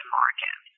market